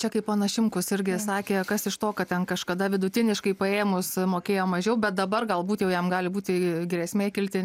čia kaip ponas šimkus irgi sakė kas iš to kad ten kažkada vidutiniškai paėmus mokėjo mažiau bet dabar galbūt jau jam gali būti grėsmė kilti